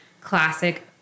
classic